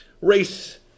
race